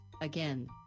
again